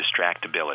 distractibility